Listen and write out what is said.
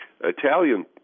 Italian